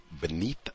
Beneath